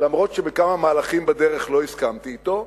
למרות שבכמה מהלכים בדרך לא הסכמתי אתו,